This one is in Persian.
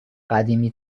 قدیمی